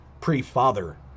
pre-Father